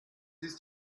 ist